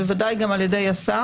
וודאי גם על ידי השר,